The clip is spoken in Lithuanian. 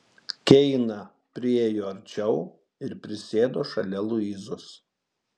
keina priėjo arčiau ir prisėdo šalia luizos